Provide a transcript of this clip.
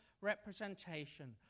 representation